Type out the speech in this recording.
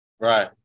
Right